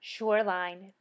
Shoreline